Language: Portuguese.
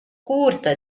curta